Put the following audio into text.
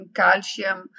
calcium